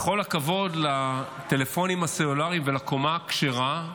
בכל הכבוד לטלפונים הסלולריים ולקומה הכשרה,